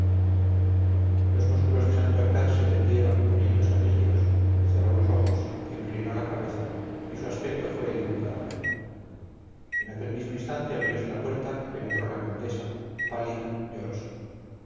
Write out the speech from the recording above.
los músculos de santorcaz se tendieron poniéndose rígidos cerró los ojos inclinó la cabeza y su aspecto fue el de un cadáver en aquel mismo instante abriose la puerta y penetró la condesa pálida llorosa